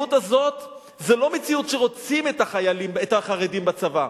המציאות הזאת זה לא מציאות שרוצים את החרדים בצבא.